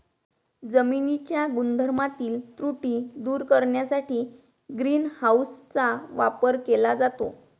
जमिनीच्या गुणधर्मातील त्रुटी दूर करण्यासाठी ग्रीन हाऊसचा वापर केला जातो